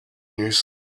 news